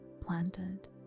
planted